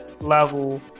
level